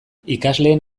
ikasleen